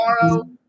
Tomorrow